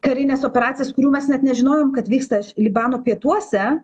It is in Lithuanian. karines operacijas kurių mes net nežinojom kad vyksta š libano pietuose